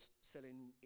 selling